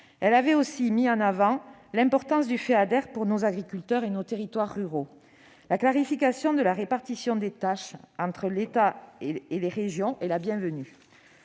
Elle avait aussi mis en avant l'importance du Feader pour nos agriculteurs et nos territoires ruraux. La clarification de la répartition des tâches entre États et régions est la bienvenue.